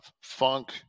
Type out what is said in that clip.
funk